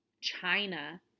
China